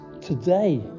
today